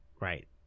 Right